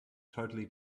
totally